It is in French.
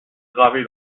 gravé